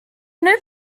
new